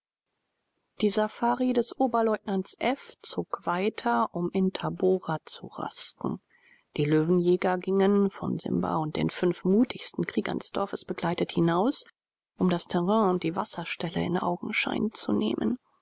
die safari des oberleutnants f zog weiter um in tabora zu rasten die löwenjäger gingen von simba und den fünf mutigsten kriegern des dorfes begleitet hinaus um das terrain und die wasserstelle in augenschein zu nehmen